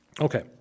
Okay